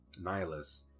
Nihilus